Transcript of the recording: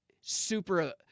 super